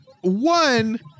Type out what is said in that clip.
one